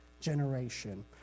generation